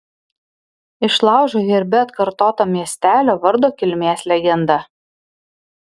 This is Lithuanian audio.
išlaužo herbe atkartota miestelio vardo kilmės legenda